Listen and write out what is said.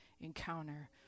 encounter